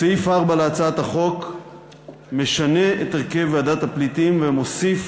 סעיף 4 להצעת החוק משנה את הרכב ועדת הפליטים ומוסיף